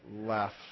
left